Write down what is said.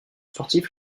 sportifs